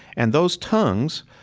and those tongues,